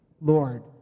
Lord